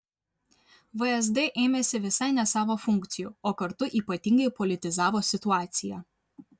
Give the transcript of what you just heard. vsd ėmėsi visai ne savo funkcijų o kartu ypatingai politizavo situaciją